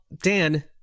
Dan